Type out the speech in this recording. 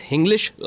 English